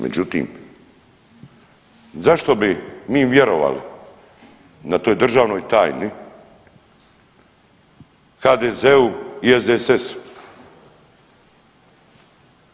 Međutim, zašto bi mi vjerovali na toj državnoj tajni HDZ-u i SDSS-u?